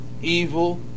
evil